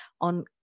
on